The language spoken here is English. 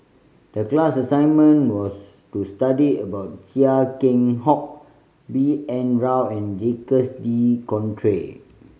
the class assignment was to study about Chia Keng Hock B N Rao and Jacques De Coutre